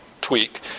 tweak